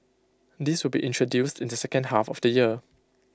this will be introduced in the second half of the year